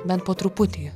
bent po truputį